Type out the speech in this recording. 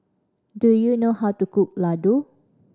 do you know how to cook Ladoo